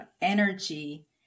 energy